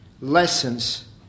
lessons